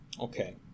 Okay